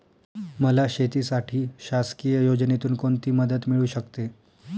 मला शेतीसाठी शासकीय योजनेतून कोणतीमदत मिळू शकते?